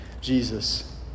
Jesus